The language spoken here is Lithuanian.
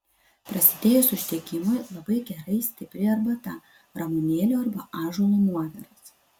prasidėjus uždegimui labai gerai stipri arbata ramunėlių arba ąžuolo nuoviras